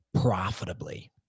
profitably